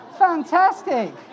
fantastic